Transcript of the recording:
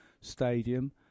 stadium